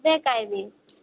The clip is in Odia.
ଏକା ଆସିବି